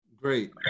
Great